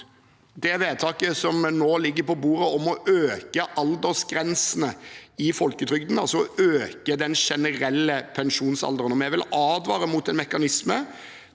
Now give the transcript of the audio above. det vedtaket som nå ligger på bordet, om å øke aldersgrensene i folketrygden, altså å øke den generelle pensjonsalderen. Vi vil advare mot en mekanisme